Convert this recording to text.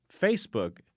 Facebook